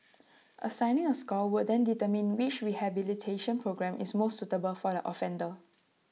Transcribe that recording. assigning A score will then determine which rehabilitation programme is most suitable for the offender